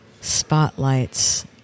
spotlights